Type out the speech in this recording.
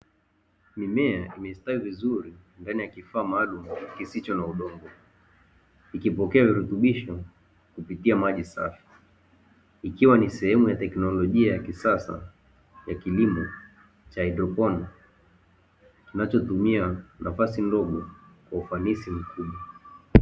Mimea imestawi vizuri ndani ya kifaa maalumu kisicho na udongo, ikipokea virutubisho kupitia maji safi, ikiwa ni sehemu ya teknolojia ya kisasa ya kilimo cha haidroponi, kinachotumia nafasi ndogo kwa ufanisi mkubwa.